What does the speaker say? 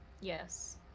Yes